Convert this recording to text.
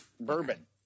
bourbon